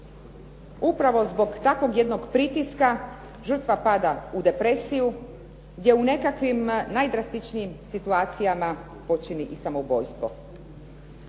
upravo zbog takvog jednog pritiska žrtva pada u depresiju, gdje u nekakvim najdrastičnijim situacijama počini i samoubojstvo.